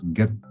get